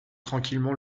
tranquillement